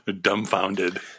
Dumbfounded